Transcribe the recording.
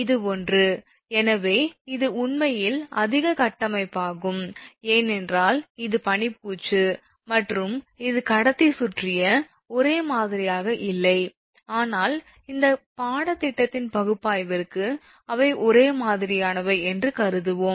இது ஒன்று எனவே இது உண்மையில் அதிக கட்டமைப்பாகும் ஏனென்றால் இது பனி பூச்சு மற்றும் இது கடத்திய சுற்றி ஒரே மாதிரியாக இல்லை ஆனால் இந்த பாடத்திட்டத்தின் பகுப்பாய்விற்கு அவை ஒரே மாதிரியானவை என்று கருதுவோம்